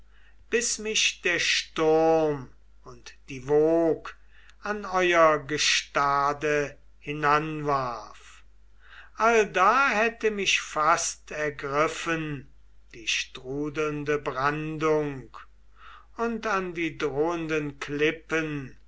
bis mich der sturm und die wog an euer gestade hinanwarf allda hätte mich fast ergriffen die strudelnde brandung und an die drohenden klippen